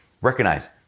recognize